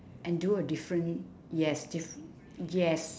and do a different yes diff~ yes